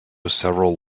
several